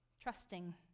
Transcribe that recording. trusting